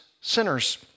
sinners